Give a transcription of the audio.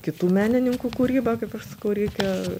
kitų menininkų kūryba kaip aš sakau reikia